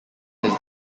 his